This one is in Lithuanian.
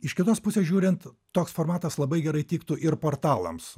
iš kitos pusės žiūrint toks formatas labai gerai tiktų ir portalams